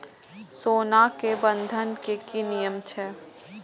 सोना के बंधन के कि नियम छै?